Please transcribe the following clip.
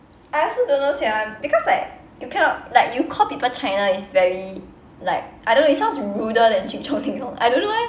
I also don't know sia because like you cannot like you call people china is very like I don't know it sounds ruder than ching chong ding dong I don't know eh